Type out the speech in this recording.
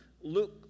Luke